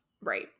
Right